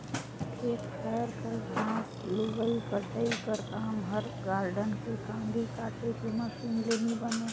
खेत खाएर कर घांस लुबई कटई कर काम हर गारडन के कांदी काटे के मसीन ले नी बने